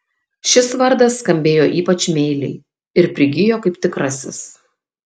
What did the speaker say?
šis vardas skambėjo ypač meiliai ir prigijo kaip tikrasis